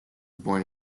born